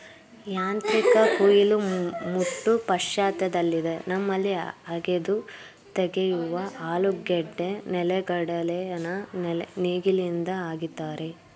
ಯಾಂತ್ರಿಕ ಕುಯಿಲು ಮುಟ್ಟು ಪಾಶ್ಚಾತ್ಯದಲ್ಲಿದೆ ನಮ್ಮಲ್ಲಿ ಅಗೆದು ತೆಗೆಯುವ ಆಲೂಗೆಡ್ಡೆ ನೆಲೆಗಡಲೆನ ನೇಗಿಲಿಂದ ಅಗಿತಾರೆ